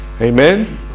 Amen